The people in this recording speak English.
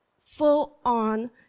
full-on